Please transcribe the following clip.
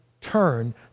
turn